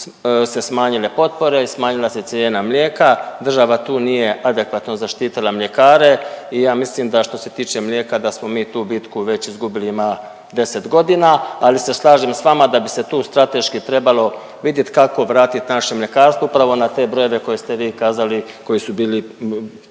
se smanjile potpore, smanjila se cijena mlijeka, država tu nije adekvatno zaštitila mljekare i ja mislim da što se tiče mlijeka da smo mi tu bitku već izgubili ima 10 godina. Ali se slažem sa vama da bi se tu strateški trebalo vidjeti kako vratiti naše mljekarstvo upravo na te brojeve koje ste vi kazali koji su bili